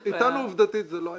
איתנו עובדתית זה לא היה.